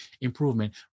improvement